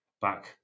back